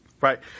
Right